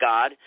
God